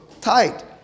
tight